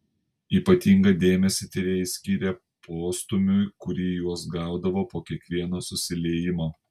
ypatingą dėmesį tyrėjai skyrė postūmiui kurį jos gaudavo po kiekvieno susiliejimo